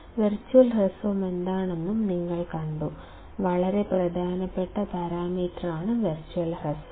virtual ഹ്രസ്വമെന്താണെന്നും നിങ്ങൾ കണ്ടു വളരെ പ്രധാനപ്പെട്ട പരാമീറ്റർ ആണ് വെർച്വൽ ഹ്രസ്വം